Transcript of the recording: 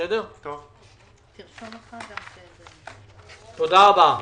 תודה רבה,